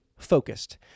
focused